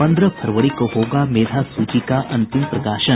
पंद्रह फरवरी को होगा मेधा सूची का अंतिम प्रकाशन